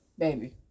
Baby